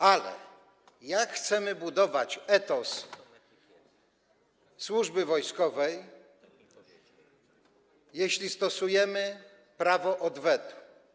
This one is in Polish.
Ale jak chcemy budować etos służby wojskowej, jeśli stosujemy prawo odwetu?